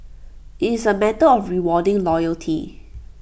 IT is A matter of rewarding loyalty